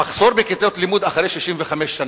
המחסור בכיתות לימוד אחרי 65 שנה,